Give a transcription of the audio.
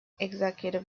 executive